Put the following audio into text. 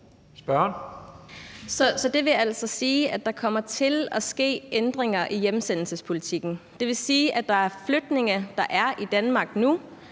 Det vil altså sige, at der kommer til at ske ændringer i hjemsendelsespolitikken. Det vil sige, at der er flygtninge, der er i Danmark nu,